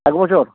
এক বছর